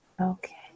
Okay